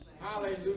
Hallelujah